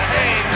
Hey